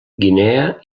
guinea